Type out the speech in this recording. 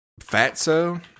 Fatso